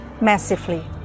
massively